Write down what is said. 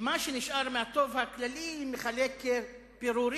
וממה שנשאר מהטוב הכללי הוא מחלק פירורים: